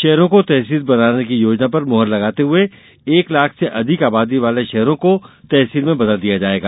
शहरों को तहसील बनाने की योजना पर मोहर लगाते हुये एक लाख से अधिक आबादी वाले शहरों को तहसील में बदला जायेगा